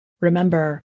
Remember